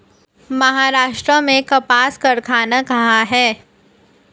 महाराष्ट्र में कपास कारख़ाना कहाँ है?